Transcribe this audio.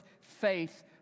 faith